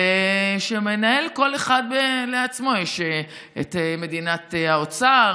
וכל מנהל לעצמו: יש את מדינת האוצר,